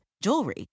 jewelry